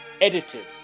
edited